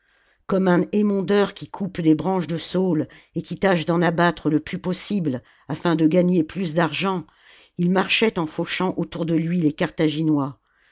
comme un émondeur qui coupe des branches de saule et qui tâche d'en abattre le plus possible afin de gagner plus d'argent il marchait en fauchant autour de lui les carthaginois